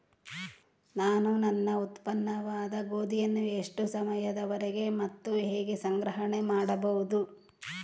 ನಾನು ನನ್ನ ಉತ್ಪನ್ನವಾದ ಗೋಧಿಯನ್ನು ಎಷ್ಟು ಸಮಯದವರೆಗೆ ಮತ್ತು ಹೇಗೆ ಸಂಗ್ರಹಣೆ ಮಾಡಬಹುದು?